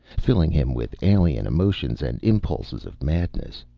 filling him with alien emotions and impulses of madness.